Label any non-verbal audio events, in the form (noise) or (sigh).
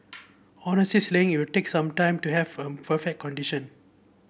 (unintelligible) it will take some time to have a (unintelligible) condition